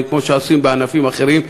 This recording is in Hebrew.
כמו שעושים בענפים אחרים,